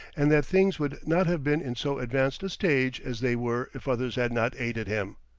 and that things would not have been in so advanced a stage as they were if others had not aided him.